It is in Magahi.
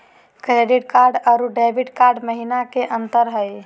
क्रेडिट कार्ड अरू डेबिट कार्ड महिना का अंतर हई?